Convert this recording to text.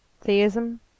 Theism